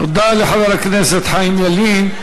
תודה לחבר הכנסת חיים ילין.